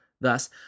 Thus